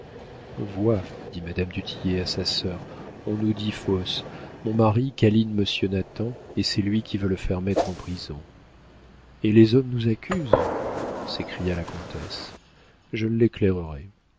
vois dit madame du tillet à sa sœur on nous dit fausses mon mari câline monsieur nathan et c'est lui qui veut le faire mettre en prison et les hommes nous accusent s'écria la comtesse je l'éclairerai